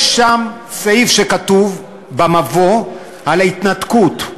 יש שם סעיף שכתוב במבוא על ההתנתקות.